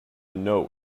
know